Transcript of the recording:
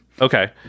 Okay